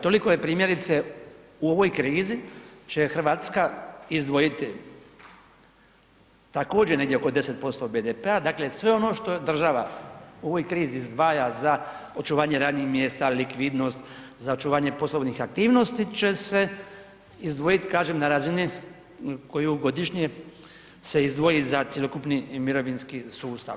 Toliko je primjerice, u ovoj krizi će Hrvatska izdvojiti također, negdje oko 10% BDP-a, dakle sve ono što država u ovoj krizi izdvaja za očuvanje radnih mjesta, likvidnost, za očuvanje poslovnih aktivnosti će se izdvojiti, kažem na razini koju godišnje se izdvoji za cjelokupni mirovinski sustav.